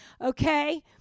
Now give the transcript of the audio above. Okay